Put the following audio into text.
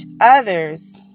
others